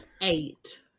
Eight